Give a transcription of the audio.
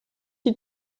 die